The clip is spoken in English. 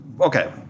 okay